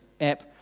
app